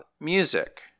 music